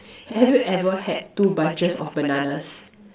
have you ever had two bunches of bananas